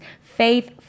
faith